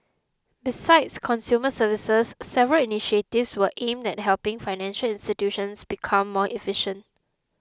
besides consumer services several initiatives were aimed at helping financial institutions become more efficient